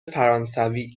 فرانسوی